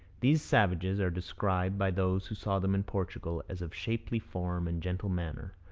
these savages are described by those who saw them in portugal as of shapely form and gentle manner,